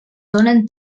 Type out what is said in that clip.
donen